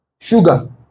sugar